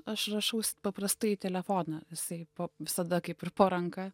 aš rašausi paprastai į telefoną isai visada kaip ir po ranka